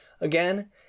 again